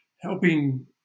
helping